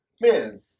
man